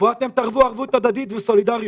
פה אתם תראו ערבות הדדית וסולידריות.